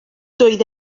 doedd